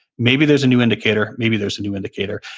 maybe there's a new indicator. maybe there's a new indicator.